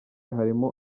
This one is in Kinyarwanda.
harimo